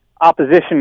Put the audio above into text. opposition